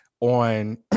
on